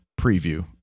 preview